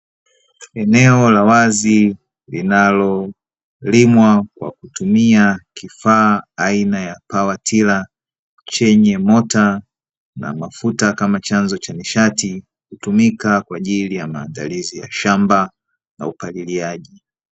Eneo la wazi linalolimwa Kwa kutumia kifaa aina ya pawatila chenye Mota na mafuta kama chanzo cha nishati, hutumika kwa ajili ya maandalizi ya shamba na upaliliaji.